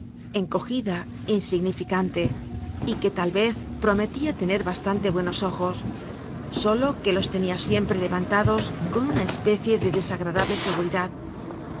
encogida insignificante y que tal vez prometia tener bastante buenos ojos solo que los tenia siempre levantados con una especie de desagradable seguridad